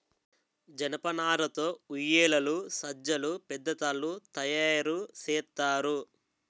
జనపనార తో ఉయ్యేలలు సజ్జలు పెద్ద తాళ్లు తయేరు సేత్తారు